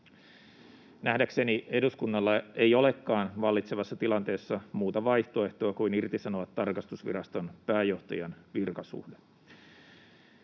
Nähdäkseni eduskunnalla ei olekaan vallitsevassa tilanteessa muuta vaihtoehtoa kuin irtisanoa tarkastusviraston pääjohtajan virkasuhde.